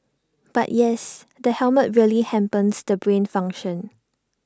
but yes the helmet really hampers the brain function